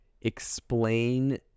explain